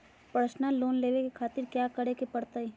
Personal loan लेवे खातिर कया क्या करे पड़तइ?